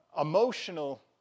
emotional